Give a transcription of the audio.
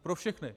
Pro všechny.